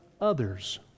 others